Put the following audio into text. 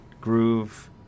Groove